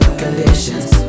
conditions